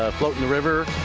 floating the river,